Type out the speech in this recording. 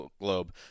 Globe